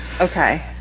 Okay